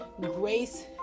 grace